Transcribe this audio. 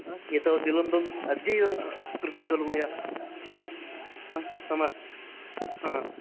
हा एतावद्विलम्बम् अद्यैव कृतं खलु मया हा हा नाम हा